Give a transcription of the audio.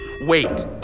wait